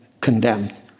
condemned